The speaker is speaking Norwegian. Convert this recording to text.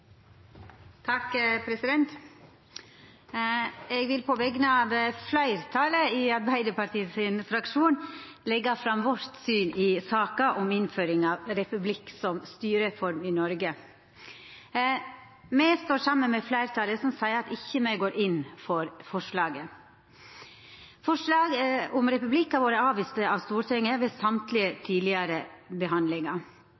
vil på vegner av fleirtalet i Arbeidarpartiets fraksjon leggja fram vårt syn i saka om innføring av republikk som styreform i Noreg. Me står saman med fleirtalet og seier at me ikkje går inn for forslaget. Forslag om republikk har vorte avvist av Stortinget ved